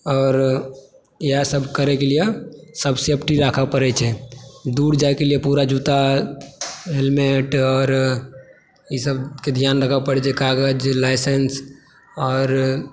आओर इएहसभ करैके लिए सभ सेफ्टी राखय पड़ैत छै दूर जायके लिए पूरा जूता हेलमेट आओर ईसभके ध्यान राखय पड़ैत छै कागज लाइसेंस आओर